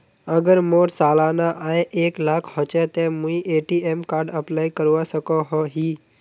अगर मोर सालाना आय एक लाख होचे ते मुई ए.टी.एम कार्ड अप्लाई करवा सकोहो ही?